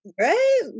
Right